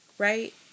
Right